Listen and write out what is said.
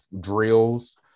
drills